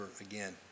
again